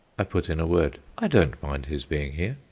i put in a word i don't mind his being here.